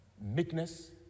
meekness